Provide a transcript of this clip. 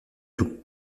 tout